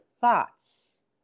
thoughts